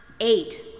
Eight